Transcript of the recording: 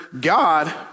God